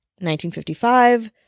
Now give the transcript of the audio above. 1955